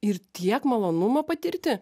ir tiek malonumo patirti